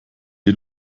die